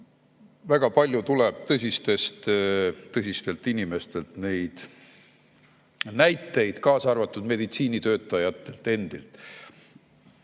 Väga palju tuleb tõsistelt inimestelt näiteid, kaasa arvatud meditsiinitöötajatelt endilt.